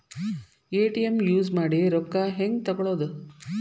ATM use ಮಾಡಿ ರೊಕ್ಕ ಹೆಂಗೆ ತಕ್ಕೊಳೋದು?